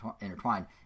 intertwined